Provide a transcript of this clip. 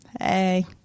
Hey